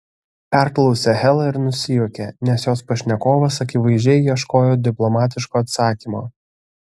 perklausė hela ir nusijuokė nes jos pašnekovas akivaizdžiai ieškojo diplomatiško atsakymo